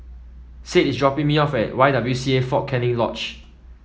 Sade is dropping me off at Y W C A Fort Canning Lodge